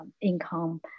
income